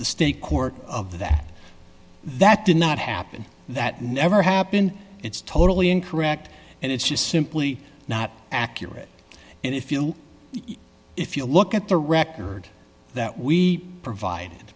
the state court of that that did not happen that never happened it's totally incorrect and it's just simply not accurate and if you if you look at the record that we provide